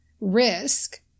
risk